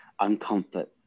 uncomfort